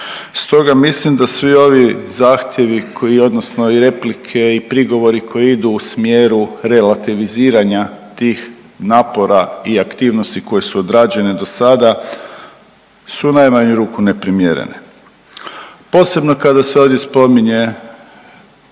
stoga mislim da svi ovi zahtjevi koji odnosno i replike i prigovori koji idu u smjeru relativiziranja tih napora i aktivnosti koje su odrađene dosada su u najmanju ruku neprimjerene. Posebno kada se ovdje spominje